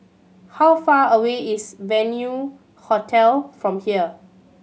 how far away is Venue Hotel from here